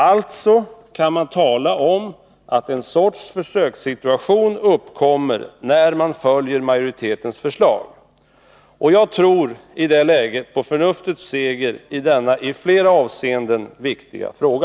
Alltså kan man tala om att en sorts försökssituation uppkommer när man följer majoritetens förslag. Och jag tror i det läget på förnuftets seger i denna i flera avseenden viktiga fråga.